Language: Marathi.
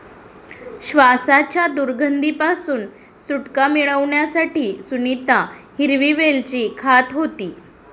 श्वासाच्या दुर्गंधी पासून सुटका मिळवण्यासाठी सुनीता हिरवी वेलची खात होती